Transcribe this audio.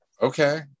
Okay